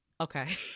Okay